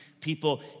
People